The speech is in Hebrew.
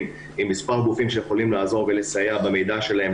עם מספר גופים שיכולים לעזור ולסייע במידע שלהם.